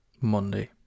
Monday